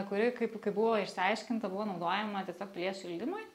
kuri kaip kaip buvo išsiaiškinta buvo naudojama tiesiog pilies šildymui